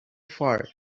far